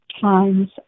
times